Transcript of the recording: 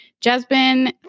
Jasmine